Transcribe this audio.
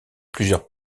plusieurs